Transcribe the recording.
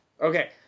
Okay